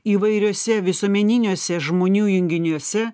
įvairiuose visuomeniniuose žmonių junginiuose